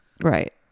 Right